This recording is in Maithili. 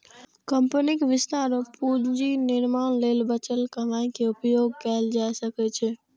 कंपनीक विस्तार और पूंजी निर्माण लेल बचल कमाइ के उपयोग कैल जा सकै छै